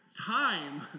time